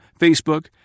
Facebook